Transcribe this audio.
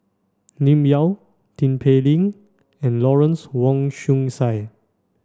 Lim Yau Tin Pei Ling and Lawrence Wong Shyun Tsai